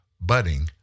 budding